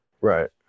Right